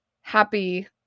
happy